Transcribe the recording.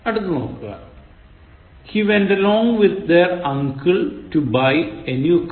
അടുത്തത് നോക്കുക He went along with their uncle to buy a new car